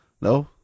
No